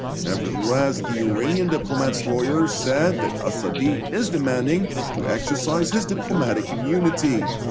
nevertheless, the iranian diplomat's lawyer said that assadi is demanding to exercise his diplomatic immunity.